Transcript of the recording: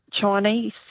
Chinese